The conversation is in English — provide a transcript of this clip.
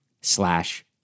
slash